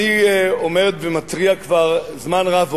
אני עומד ומתריע כבר זמן רב,